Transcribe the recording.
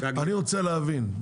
אני רוצה להבין.